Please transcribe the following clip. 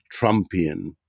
Trumpian